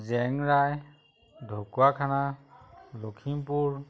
Jengrai Dhakuakhana Lakhimpur